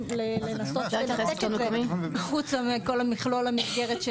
לנסות לנתק את זה מחוץ לכל מכלול המסגרת,